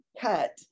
cut